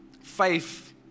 faith